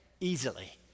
easily